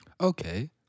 Okay